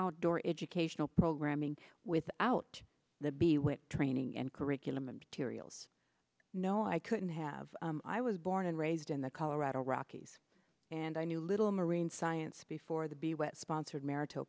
outdoor educational programming without the b with training and curriculum and tiriel no i couldn't have i was born and raised in the colorado rockies and i knew a little marine science before the be with sponsored marital